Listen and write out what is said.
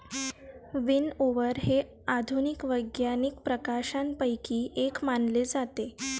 विनओवर हे आधुनिक वैज्ञानिक प्रकाशनांपैकी एक मानले जाते